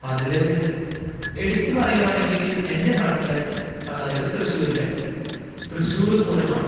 അതില് എടുത്തു പറയുവാണെങ്കില് എന്റെ നാട്ടില് അതായത് തൃശൂരിലെ തൃശൂര്പൂരമാണ്